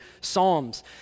psalms